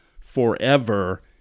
forever